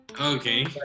Okay